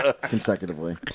Consecutively